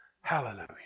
Hallelujah